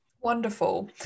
Wonderful